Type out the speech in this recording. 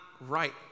right